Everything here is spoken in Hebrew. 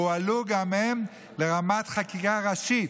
הועלו גם הם לרמת חקיקה ראשית,